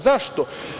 Zašto?